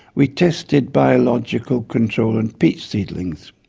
we tested biological control on peach seedlings.